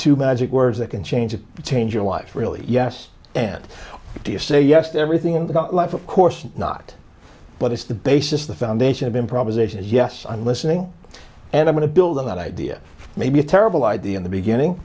to magic words that can change it change your life really yes and to say yes to everything in the life of course not but it's the basis the foundation of improvisation is yes i'm listening and i want to build on that idea may be a terrible idea in the beginning